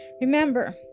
Remember